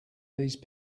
these